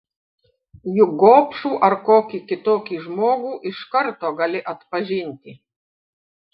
juk gobšų ar kokį kitokį žmogų iš karto gali atpažinti